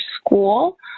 school